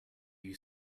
you